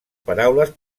paraules